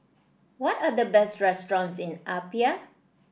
what are the best restaurants in Apia